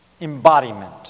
embodiment